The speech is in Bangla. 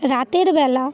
রাতেরবেলা